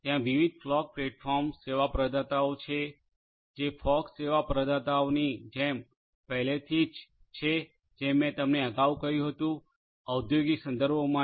ત્યાં વિવિધ fog platform સેવા પ્રદાતાઓ છે જે ફોગ સેવા પ્રદાતાઓની જેમ પહેલેથી જ છે જે મેં તમને અગાઉ કહ્યું હતું ઔદ્યોગિક સંદર્ભો માટે